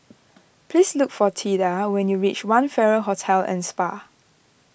please look for theda when you reach one Farrer Hotel and Spa